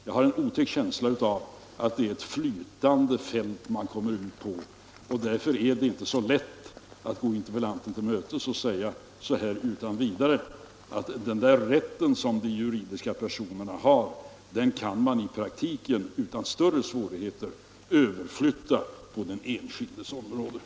Jag har en känsla av att det är ett flytande fält man då kommer in på. Därför är det inte så lätt att gå interpellanten till mötes och utan vidare säga att den rätt som de juridiska personerna har kan man utan större svårigheter överflytta på den enskilde individen.